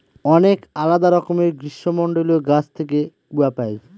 অনেক আলাদা রকমের গ্রীষ্মমন্ডলীয় গাছ থেকে কূয়া পাই